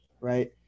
right